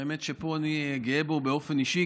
והאמת שפה אני גאה בו באופן אישי,